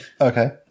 Okay